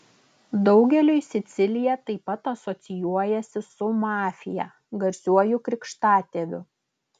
daugeliui sicilija taip pat asocijuojasi su mafija garsiuoju krikštatėviu